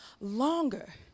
longer